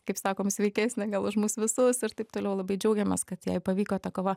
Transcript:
kaip sakoma sveikesnė už mus visus ir taip toliau labai džiaugiamės kad jai pavyko ta kova